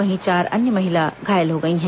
वहीं चार अन्य महिला घायल हो गई हैं